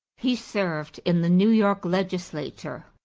he served in the new york legislature,